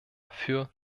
für